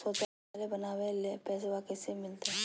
शौचालय बनावे ले पैसबा कैसे मिलते?